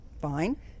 Fine